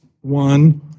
one